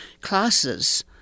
classes